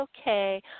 okay